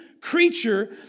creature